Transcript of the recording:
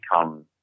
become